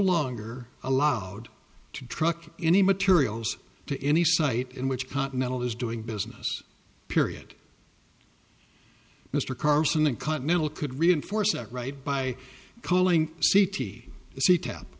longer allowed to truck any materials to any site in which continental is doing business period mr carson and continental could reinforce that right by calling c t c tap